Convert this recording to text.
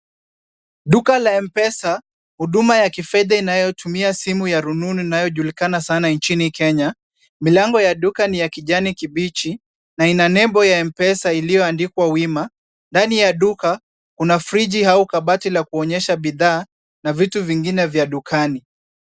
Duka la M-pesa, huduma ya kifedha inayotumia simu ya rununu inayojulikana sana nchini Kenya. Milango ya duka ni ya kijani kibichi na ina nembo ya M-pesa iliyoandikwa wima. Ndani ya duka kuna friji au kabati la kuonyesha bidhaa na vitu vingine vya dukani.